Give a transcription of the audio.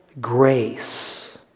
grace